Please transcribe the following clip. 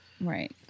Right